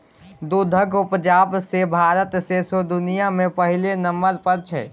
दुधक उपजा मे भारत सौंसे दुनियाँ मे पहिल नंबर पर छै